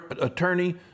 attorney